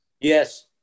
Yes